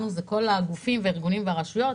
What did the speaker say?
לנו זה כל הגופים והארגונים והרשויות.